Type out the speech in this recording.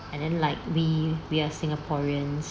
and then like we we are singaporeans